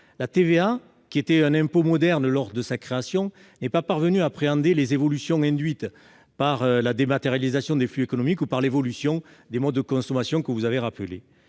La TVA, qui était un impôt moderne lors de sa création, n'est pas parvenue à appréhender les évolutions induites par la dématérialisation des flux économiques et par l'évolution des modes de consommation. Monsieur le